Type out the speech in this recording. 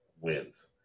wins